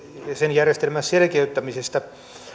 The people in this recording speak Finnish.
järjestelmän selkeyttämisestä